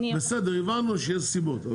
בסדר, הבנו שיש סיבות.